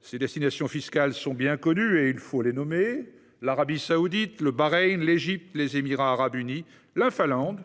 Ces destinations fiscales sont bien connues, et il faut les nommer : l'Arabie saoudite, le Bahreïn, l'Égypte, les Émirats arabes unis, la Finlande-